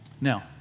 Now